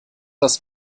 das